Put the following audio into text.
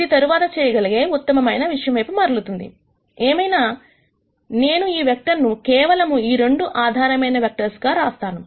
ఇది తరువాత చేయగలిగే ఉత్తమ విషయం వైపు మరలుతుంది ఏమైనా నేను ఈ వెక్టర్ ను కేవలము ఈ 2 ఆధారమైన వెక్టర్స్ గా రాస్తాను